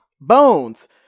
Bones